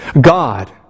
God